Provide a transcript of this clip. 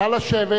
נא לשבת.